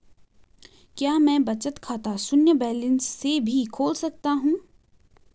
क्या मैं बचत खाता शून्य बैलेंस से भी खोल सकता हूँ?